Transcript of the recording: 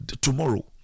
tomorrow